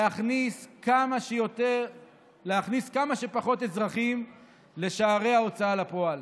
להכניס כמה שפחות אזרחים לשערי ההוצאה לפועל.